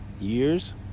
years